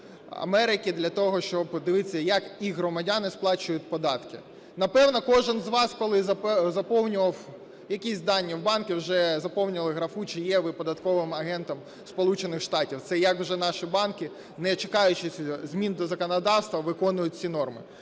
Америки для того, щоб подивитися, як їх громадяни сплачують податки. Напевно, кожен з вас, коли заповнював якісь дані в банку, вже заповнював графу, чи є ви податковим агентом Сполучених Штатів. Це як вже наші банки, не чекаючи змін до законодавства, виконують цю норму.